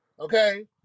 Okay